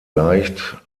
leicht